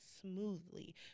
smoothly